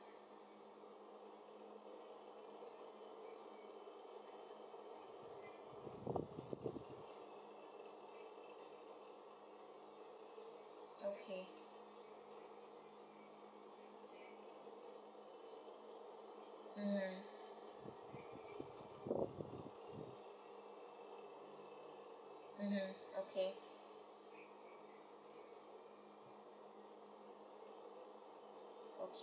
okay mmhmm mmhmm okay